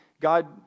God